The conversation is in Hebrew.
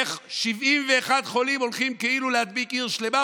איך 71 חולים הולכים כאילו להדביק עיר שלמה,